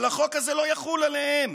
אבל החוק הזה לא יחול עליהם